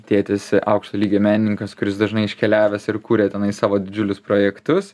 tėtis aukšto lygio menininkas kuris dažnai iškeliavęs ir kuria tenai savo didžiulius projektus